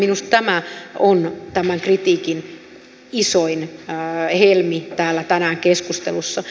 minusta tämä on tämän kritiikin isoin helmi tänään täällä keskustelussa